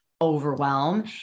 overwhelm